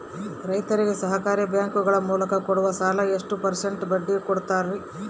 ರೈತರಿಗೆ ಸಹಕಾರಿ ಬ್ಯಾಂಕುಗಳ ಮೂಲಕ ಕೊಡುವ ಸಾಲ ಎಷ್ಟು ಪರ್ಸೆಂಟ್ ಬಡ್ಡಿ ಕೊಡುತ್ತಾರೆ?